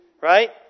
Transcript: right